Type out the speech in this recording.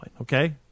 Okay